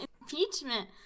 impeachment